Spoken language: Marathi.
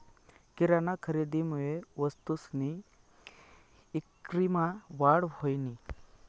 किराना खरेदीमुये वस्तूसनी ईक्रीमा वाढ व्हयनी